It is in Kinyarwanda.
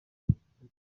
by’iteka